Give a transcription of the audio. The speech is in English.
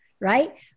right